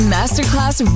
Masterclass